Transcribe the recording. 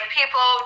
people